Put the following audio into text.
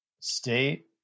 state